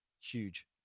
huge